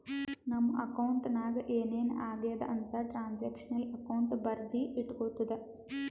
ನಮ್ ಅಕೌಂಟ್ ನಾಗ್ ಏನ್ ಏನ್ ಆಗ್ಯಾದ ಅಂತ್ ಟ್ರಾನ್ಸ್ಅಕ್ಷನಲ್ ಅಕೌಂಟ್ ಬರ್ದಿ ಇಟ್ಗೋತುದ